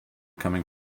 coming